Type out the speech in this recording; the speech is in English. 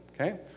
okay